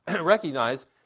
recognize